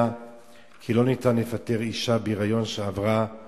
כי לא ניתן לפטר אשה בהיריון אם היא